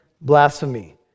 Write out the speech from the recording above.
blasphemy